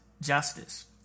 justice